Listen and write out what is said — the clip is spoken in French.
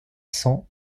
cents